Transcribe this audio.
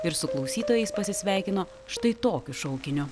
ir su klausytojais pasisveikino štai tokiu šaukiniu